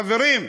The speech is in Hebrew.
חברים,